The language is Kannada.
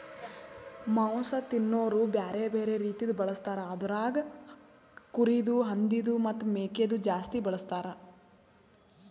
ಮಾಂಸ ತಿನೋರು ಬ್ಯಾರೆ ಬ್ಯಾರೆ ರೀತಿದು ಬಳಸ್ತಾರ್ ಅದುರಾಗ್ ಕುರಿದು, ಹಂದಿದು ಮತ್ತ್ ಮೇಕೆದು ಜಾಸ್ತಿ ಬಳಸ್ತಾರ್